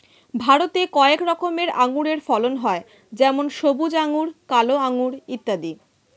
ভারতে কয়েক রকমের আঙুরের ফলন হয় যেমন সবুজ আঙুর, কালো আঙুর ইত্যাদি